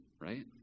Right